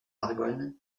argonne